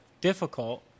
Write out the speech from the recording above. difficult